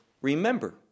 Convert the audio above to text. remember